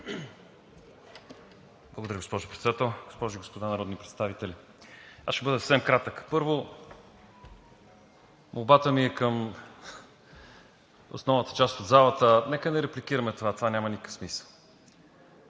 Благодаря, госпожо Председател. Госпожи и господа народни представители! Ще бъда съвсем кратък. Първо, молбата ми е към основната част от залата – нека да не репликираме това, това няма никакъв смисъл.